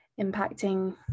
impacting